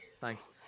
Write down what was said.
Thanks